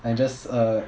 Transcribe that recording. and just uh